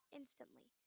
instantly